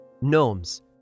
gnomes